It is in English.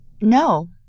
No